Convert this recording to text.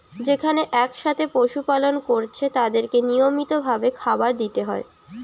যেখানে একসাথে পশু পালন কোরছে তাদেরকে নিয়মিত ভাবে খাবার দিতে হয়